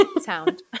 Sound